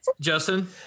Justin